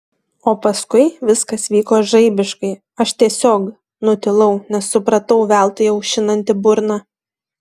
o paskui viskas vyko žaibiškai aš tiesiog nutilau nes supratau veltui aušinanti burną